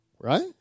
Right